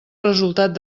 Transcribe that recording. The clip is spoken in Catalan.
resultat